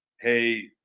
Hey